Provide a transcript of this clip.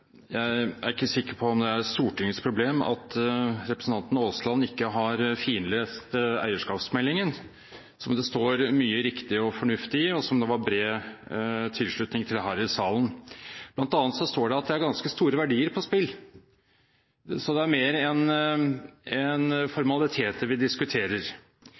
Jeg er ikke sikker på om det er Stortingets problem at representanten Aasland ikke har finlest eierskapsmeldingen, som det står mye riktig og fornuftig i, og som det var bred tilslutning til her i salen. Blant annet står det at det er ganske store verdier på spill. Så det er mer enn formaliteter vi diskuterer.